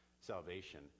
Salvation